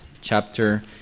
chapter